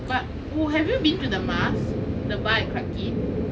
but oh have you been to the mask the bar at clarke quay